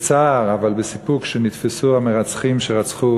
בצער אבל בסיפוק, שנתפסו המרצחים שרצחו